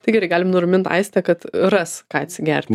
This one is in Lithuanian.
tai gerai galim nuramint aistę kad ras ką atsigerti